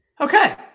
Okay